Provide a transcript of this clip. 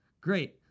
Great